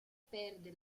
perde